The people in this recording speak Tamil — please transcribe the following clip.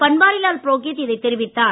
பன்வாரிலால் புரோகித் இதைத் தெரிவித்தார்